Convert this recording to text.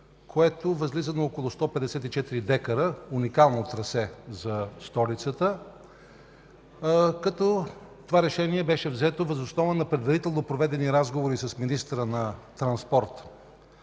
което възлиза на около 154 декара – уникално трасе за столицата, като това решение беше взето въз основа на предварително проведени разговори с министъра на транспорта.